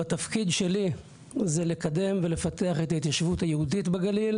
התפקיד שלי הוא לקדם ולפתח את ההתיישבות היהודית בגליל